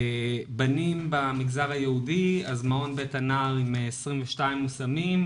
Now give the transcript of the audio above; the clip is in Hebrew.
בנים במגזר היהודי, מעון 'בית הנער' עם 22 מושמים.